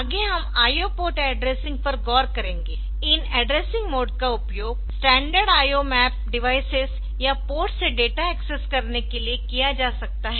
आगे हम IO port addressing पर गौर करेंगे इन एड्रेसिंग मोड का उपयोग स्टैन्डर्ड IO मैप डिवाइसेस या पोर्ट से डेटा एक्सेस करने के लिए किया जा सकता है